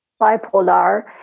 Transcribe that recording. bipolar